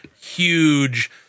huge